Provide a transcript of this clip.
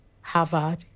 Harvard